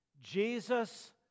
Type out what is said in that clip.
Jesus